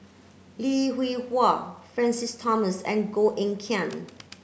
Lim Hwee Hua Francis Thomas and Koh Eng Kian